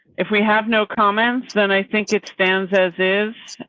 if we have no comments, then i think it stands as is.